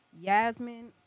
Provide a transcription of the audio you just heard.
Yasmin